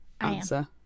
answer